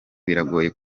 biragoye